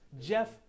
Jeff